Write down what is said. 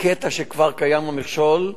הקטע שכבר קיים בו מכשול,